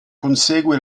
consegue